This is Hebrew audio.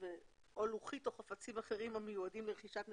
או לוחית או חפצים אחרים המיועדים לרכישת נכסים.